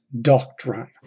doctrine